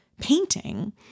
painting